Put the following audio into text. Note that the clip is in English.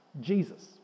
Jesus